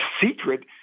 secret